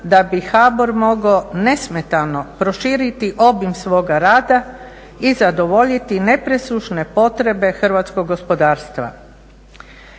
da bi HBOR morao nesmetano proširiti obim svoga rada i zadovoljiti nepresušne potrebe hrvatskog gospodarstva.